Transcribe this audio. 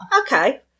Okay